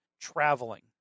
traveling